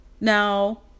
Now